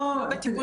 לא, בסיעוד.